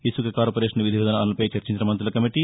ఇసుక కార్పొరేషన్ విధి విధానాలపై చర్చించిన మంతుల కమిటీ